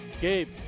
Gabe